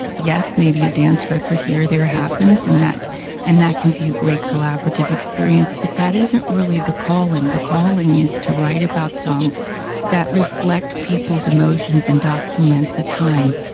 yes, maybe a dance record here or there happens and that and that can be a great collaborative experience, but that isn't really the calling. the calling is to write about songs that reflect people's emotions and document the time,